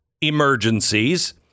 emergencies